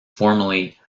formally